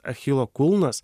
achilo kulnas